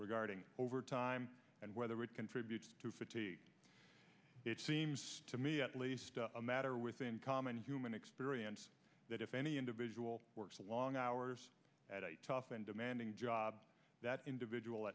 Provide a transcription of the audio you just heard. regarding overtime and whether it contributes to fatigue it seems to me at least a matter within common human experience that if any individual works long hours at a tough and demanding job that individual